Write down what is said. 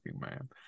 man